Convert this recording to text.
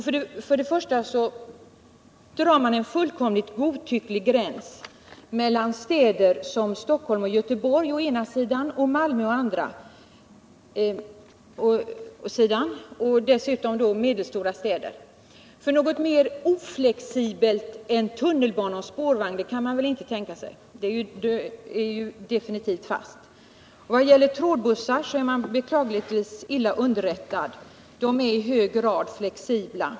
Först och främst drar man en fullkomligt godtycklig gräns mellan å ena sidan städer såsom Stockholm och Göteborg och å andra sidan Malmö och medelstora städer. Något mer oflexibelt än tunnelbana och spårvägar kan man väl inte tänka sig. De systemen är ju definitivt fasta. När det gäller trådbussar är man beklagligtvis illa underrättad. De är i hög grad flexibla.